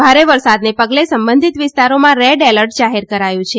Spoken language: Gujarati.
ભારે વરસાદના પગલે સંબંધિત વિસ્તારોમાં રેડ એલર્ટ જાહેર કરાયું છે